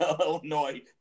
Illinois